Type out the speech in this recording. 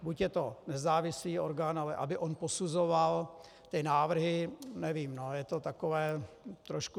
Buď je to nezávislý orgán, ale aby on posuzoval návrhy, nevím, je to takové trochu...